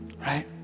right